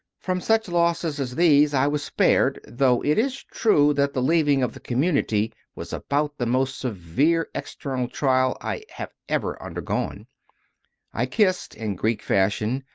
from such losses as these i was spared, though it is true that the leaving of the community was about the most severe external trial i have ever undergone i kissed, in greek fashion,